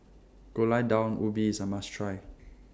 Gulai Daun Ubi IS A must Try